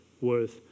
worth